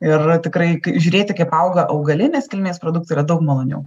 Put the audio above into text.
ir tikrai žiūrėti kaip auga augalinės kilmės produktai yra daug maloniau